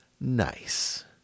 Nice